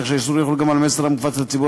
כך שהאיסור יחול גם על מסר המופץ לציבור